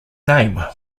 name